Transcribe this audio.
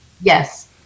Yes